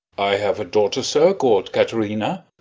i have a daughter, sir, call'd katherina.